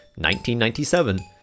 1997